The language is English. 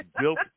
built